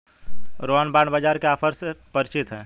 Rohan bond बाजार के offer से परिचित है